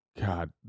God